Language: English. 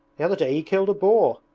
the other day he killed a boar